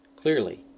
Clearly